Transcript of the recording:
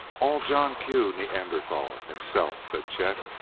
old john q. neanderthal, himself! said chet.